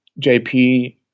JP